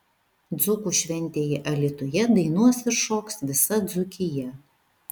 dzūkų šventėje alytuje dainuos ir šoks visa dzūkija